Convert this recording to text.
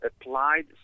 applied